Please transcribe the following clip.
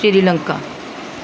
Sri Lanka